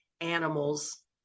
animals